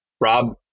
Rob